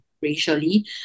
racially